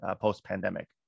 post-pandemic